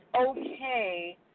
okay